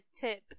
tip